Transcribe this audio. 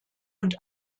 und